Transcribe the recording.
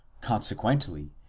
Consequently